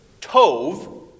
Tove